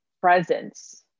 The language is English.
presence